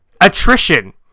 attrition